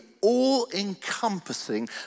all-encompassing